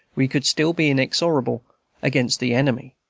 we could still be inexorable against the enemy.